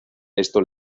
esto